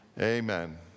Amen